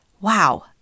wow